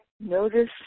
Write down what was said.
notice